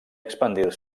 expandir